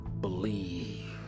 believe